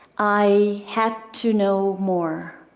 i had to know more,